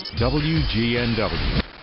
WGNW